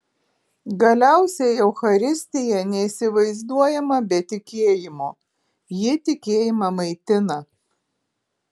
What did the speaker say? galiausiai eucharistija neįsivaizduojama be tikėjimo ji tikėjimą maitina